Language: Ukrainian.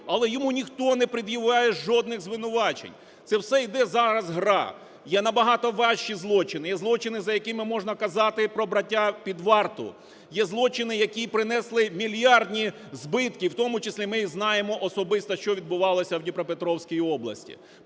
але йому ніхто не пред'являє жодних звинувачень. Це все йде зараз гра. Є набагато важчі злочини: є злочини, за якими можна казати про браття під варту; є злочини, які принесли мільярдні збитки, в тому числі ми їх знаємо особисто, що відбувалося в Дніпропетровській області.